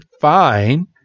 fine